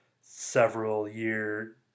several-year